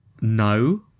No